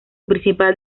principal